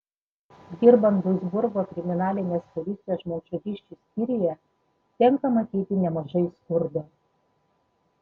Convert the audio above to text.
dirbant duisburgo kriminalinės policijos žmogžudysčių skyriuje tenka matyti nemažai skurdo